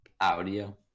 Audio